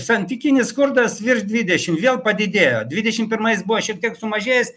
santykinis skurdas virš dvidešimt vėl padidėjo dvidešimt pirmais buvo šiek tiek sumažės